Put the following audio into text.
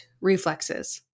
reflexes